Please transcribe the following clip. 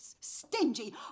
stingy